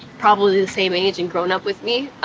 probably the same age and grown up with me.